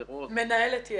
יש מנהלת.